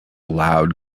loud